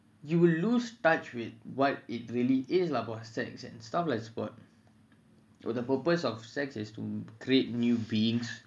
you will lose touch with what it really is about sex and stuff lah for the purpose of sex is to create new beings